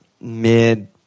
mid